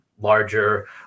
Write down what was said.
larger